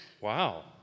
Wow